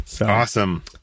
Awesome